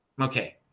okay